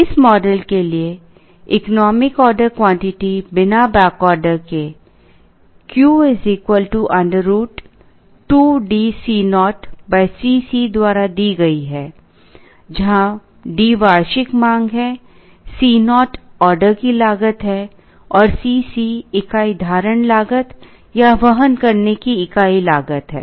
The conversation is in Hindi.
इस मॉडल के लिए इकोनॉमिक ऑर्डर क्वांटिटी बिना बैकऑर्डर के Q √ 2DCo Cc द्वारा दी गई है जहां D वार्षिक मांग है C naught ऑर्डर की लागत है और C c इकाई धारण लागत या वहन करने की इकाई लागतहै